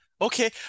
Okay